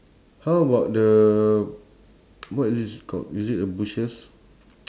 how about the what is this called is it a bushes